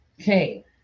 Okay